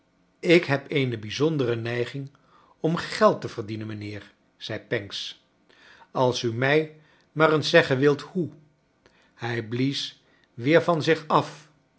ik heb eene bijzondere neiging om geld te verdienen mijnheer zei pancks als u mij maar eens zeggen wilt hoe hij blies weer van zich af